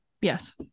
yes